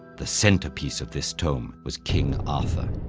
the centerpiece of this tome was king arthur.